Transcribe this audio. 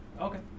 Okay